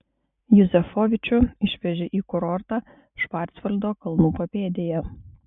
juzefovičių išvežė į kurortą švarcvaldo kalnų papėdėje